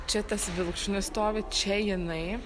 čia tas vilkšunis stovi čia jinai